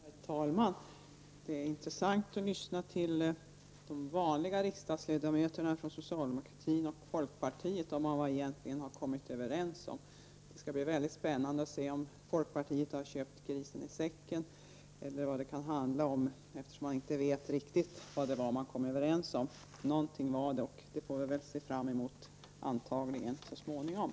Herr talman! Det är intressant att lyssna till vad de ”vanliga” socialdemokratiska och folkpartistiska riksdagsledamöterna säger att de egentligen har kommit överens om. Det skall bli mycket spännande att se om folkpartiet "har köpt grisen i säcken eller vad det kan handla om, eftersom man inte vet riktigt vad det var man kom överens om. Någonting var det, och det får vi väl antagligen reda på så småningom.